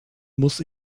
muss